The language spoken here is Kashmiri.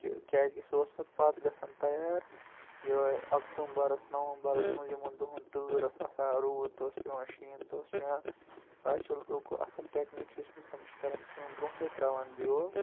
کہِ کیٛازِ کہِ سُہ اوس پَتہٕ پَتھ گَژھان تَیار یوٚہَے اَکتوٗمبَرَس منٛز نَومبَرَس منٛز یِمَن دۅہَن تٍر ٲسۍ آسان روٗد اوس پیٚوان شین اوس پیٚوان اَز چھِ لوٗکو اَصٕل ٹیٚکنیٖک ہیٚچھمٕژ تِم چھِ کَران کٲم برٛوٗنٛٹھٕے ترٛاوان بیٚول